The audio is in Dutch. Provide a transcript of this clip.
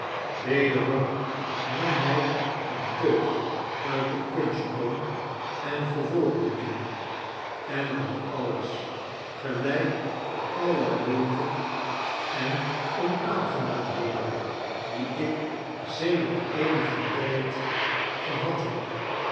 wederom nam hij eene teug uit de punchkom en vervolgde toen en dat alles gelijk alle moeite en onaangenaamheden die ik sedert eenigen tijd gehad heb